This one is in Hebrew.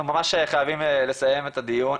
אנחנו ממש חייבים לסיים את הדיון.